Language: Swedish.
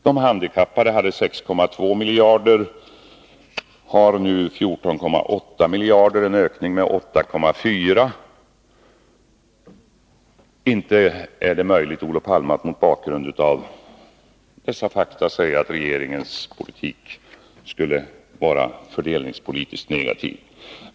De handikappade hade 6,2 miljarder förut och har nu 14,8 miljarder. Det är en ökning med 8,4 miljarder. Inte är det möjligt, Olof Palme, att mot bakgrund av dessa fakta säga att regeringens politik skulle vara fördelningspolitiskt negativ.